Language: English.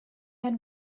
had